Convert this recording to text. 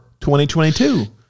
2022